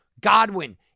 Godwin